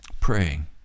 praying